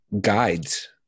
guides